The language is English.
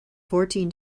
fourteen